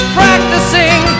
practicing